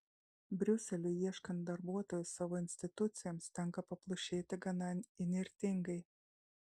briuseliui ieškant darbuotojų savo institucijoms tenka paplušėti gana įnirtingai